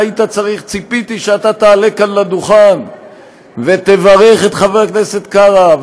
ציפיתי שאתה תעלה כאן לדוכן ותברך את חבר הכנסת קרא,